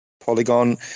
Polygon